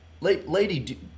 lady